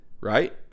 right